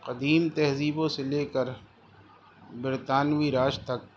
قدیم تہذیبوں سے لے کر برطانوی راج تک